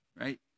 right